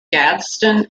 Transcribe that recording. gadsden